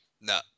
No